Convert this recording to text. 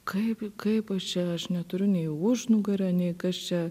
kaip kaip aš čia aš neturiu nei užnugario nei kas čia